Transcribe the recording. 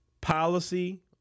policy